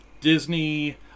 Disney